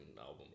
album